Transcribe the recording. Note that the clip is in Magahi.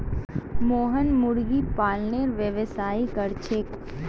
मोहन मुर्गी पालनेर व्यवसाय कर छेक